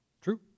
True